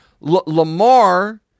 Lamar